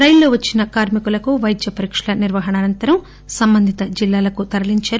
రైల్లో వచ్చిన కార్మికులకు వైద్య పరీక్షల నిర్వహణ అనంతరం సంబంధిత జిల్లాలకు తరలించారు